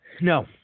No